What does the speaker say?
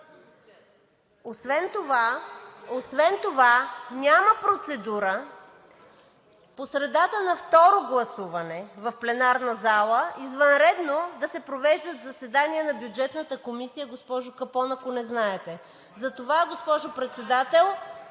Освен това няма процедура по средата на второ гласуване в пленарната зала извънредно да се провеждат заседания на Бюджетната комисия, госпожо Капон, ако не знаете. Затова, госпожо Председател,